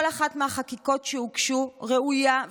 כל אחת מהחקיקות שהוגשו ראויה,